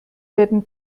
werden